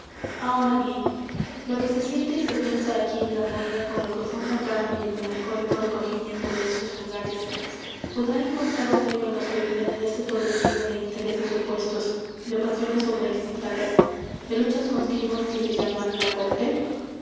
ahora bien lo que se siente y se piensa aquí en armonía con la profunda calma y el melancólico recogimiento de estos lugares podrá encontrar un eco en los que viven en ese torbellino de intereses opuestos de pasiones sobreexcitadas de luchas continuas que se llama la corte